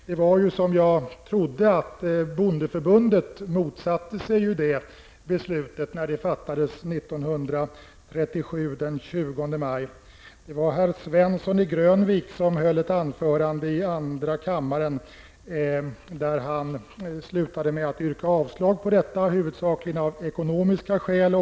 Det var som jag trodde, att bondeförbundet motsatte sig detta beslut när det fattades den 20 maj 1937.